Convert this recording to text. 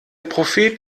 prophet